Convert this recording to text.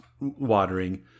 watering